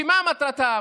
שמה מטרתם?